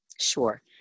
sure